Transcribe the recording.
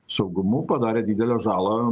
saugumu padarė didelę žalą